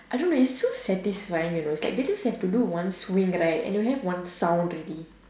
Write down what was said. I don't really so satisfying you know is like they just have to do one swing right and you have one sound already